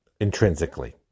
intrinsically